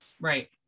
Right